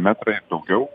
metrai daugiau